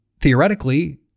theoretically